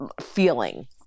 Feeling